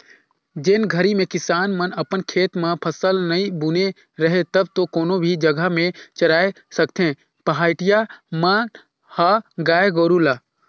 जेन घरी में किसान मन अपन खेत म फसल नइ बुने रहें तब तो कोनो भी जघा में चराय सकथें पहाटिया मन ह गाय गोरु ल